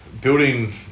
building